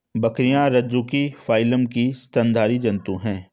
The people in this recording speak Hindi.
बकरियाँ रज्जुकी फाइलम की स्तनधारी जन्तु है